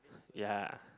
ya